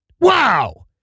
Wow